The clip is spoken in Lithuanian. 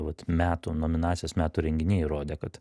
vat metų nominacijos metų renginiai įrodė kad